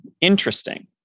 interesting